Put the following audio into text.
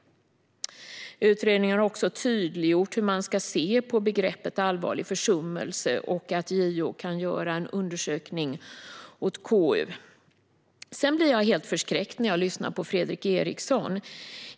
Utredningen har också tydliggjort hur man ska se på begreppet "allvarlig försummelse" och att JO kan göra en undersökning åt KU. Sedan blir jag helt förskräckt när jag lyssnar på Fredrik Eriksson.